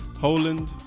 Holland